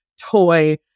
toy